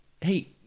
hey